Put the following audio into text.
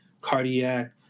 Cardiac